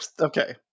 okay